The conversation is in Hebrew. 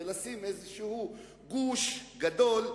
ולשים איזשהו גוש גדול,